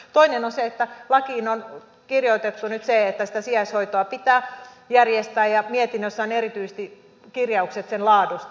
toinen on se että lakiin on kirjoitettu nyt se että sitä sijaishoitoa pitää järjestää ja mietinnössä on erityisesti kirjaukset sen laadusta